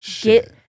Get